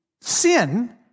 sin